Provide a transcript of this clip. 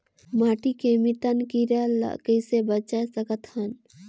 माटी के मितान कीरा ल कइसे बचाय सकत हन?